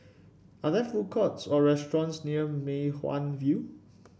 are there food courts or restaurants near Mei Hwan View